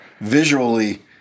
visually